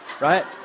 right